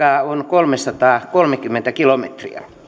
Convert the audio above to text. kolmesataakolmekymmentä kilometriä